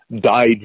died